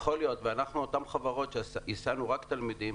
יכול להיות ואנחנו אותן חברות שהסענו רק תלמידים,